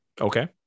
okay